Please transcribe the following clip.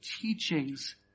teachings